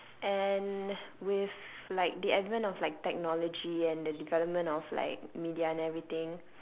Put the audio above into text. and with like the advance of like technology and the development of like media and everything